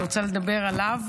אני רוצה לדבר עליו,